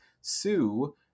sue